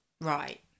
Right